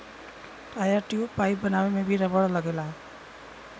tyre, tube, pipe बनावे में भी रबड़ लगला